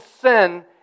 sin